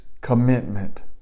commitment